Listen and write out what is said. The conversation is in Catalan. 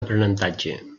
aprenentatge